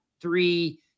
three